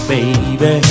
Baby